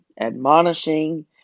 admonishing